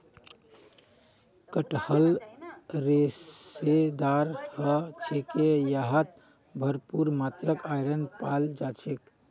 कटहल रेशेदार ह छेक यहात भरपूर मात्रात आयरन पाल जा छेक